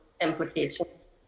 implications